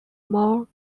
more